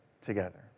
together